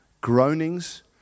groanings